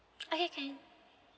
okay can